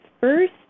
first